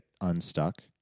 unstuck